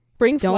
Bring